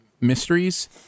mysteries